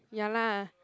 ya lah